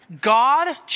God